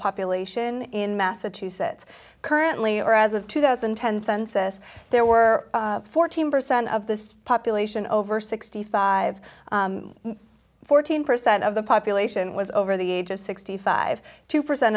population in massachusetts currently or as of two thousand and ten census there were fourteen percent of this population over sixty five fourteen percent of the population was over the age of sixty five two percent